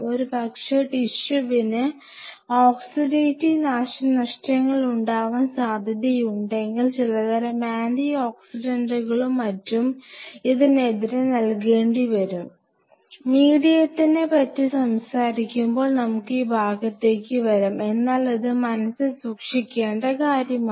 ഒരുപക്ഷേ ടിഷ്യുവിന് ഓക്സിഡേറ്റീവ് നാശനഷ്ടങ്ങൾ ഉണ്ടാവാൻ സാധ്യതയുണ്ടെങ്കിൽ ചിലതരം ആന്റിഓക്സിഡന്റുകളും മറ്റും ഇതിനെതിരെ നൽകേണ്ടിവരും മീഡിയത്തിനെ പറ്റി സംസാരിക്കുമ്പോൾ നമ്മുക്ക് ഈ ഭാഗത്തേക്ക് വരാം എന്നാലിത് മനസ്സിൽ സൂക്ഷിക്കേണ്ട കാര്യമാണ്